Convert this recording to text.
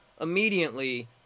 Immediately